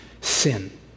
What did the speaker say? sin